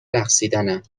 رقصیدنم